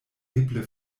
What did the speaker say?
eble